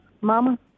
Mama